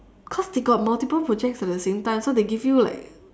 cause they got multiple projects at the same time so they give you like